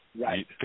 Right